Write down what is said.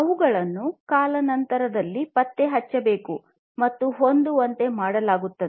ಅವುಗಳನ್ನು ಕಾಲಾನಂತರದಲ್ಲಿ ಪತ್ತೆಹಚ್ಚಬೇಕು ಮತ್ತು ಹೊಂದುವಂತೆ ಮಾಡಬೇಕಾಗುತ್ತದೆ